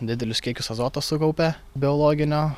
didelius kiekius azoto sukaupia biologinio